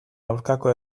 aurkako